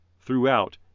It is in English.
Throughout